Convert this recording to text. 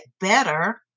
better